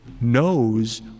knows